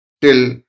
till